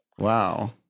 Wow